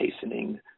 hastening